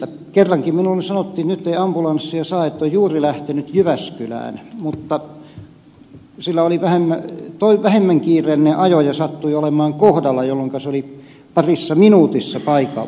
kerrankin minulle sanottiin että nyt ei ambulanssia saa on juuri lähtenyt jyväskylään mutta sillä oli vähemmän kiireellinen ajo ja sattui olemaan kohdalla jolloinka se oli parissa minuutissa paikalla